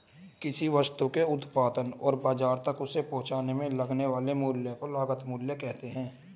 किसी वस्तु के उत्पादन और बाजार तक उसे पहुंचाने में लगने वाले मूल्य को लागत मूल्य कहते हैं